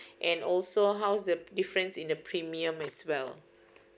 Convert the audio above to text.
so also how's the difference in the premium as well